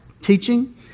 teaching